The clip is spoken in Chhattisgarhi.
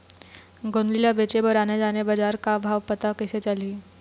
गोंदली ला बेचे बर आने आने बजार का भाव कइसे पता चलही?